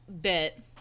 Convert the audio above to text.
bit